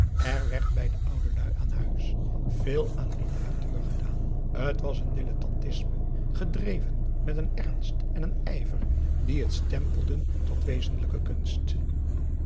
er werd bij de oudelui aan huis veel aan literatuur gedaan het was een dilettantisme gedreven met een ernst en een ijver die het stempelden tot wezenlijke kunst